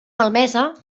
malmesa